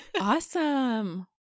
Awesome